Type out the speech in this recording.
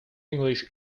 english